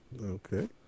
Okay